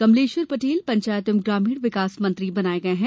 कमलेश्वर पटेल पंचायत एवं ग्रामीण विकास मंत्री बनाये गये है